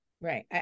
Right